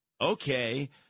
Okay